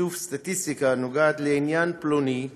איסוף סטטיסטיקה הנוגעת לעניין פלוני,